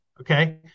Okay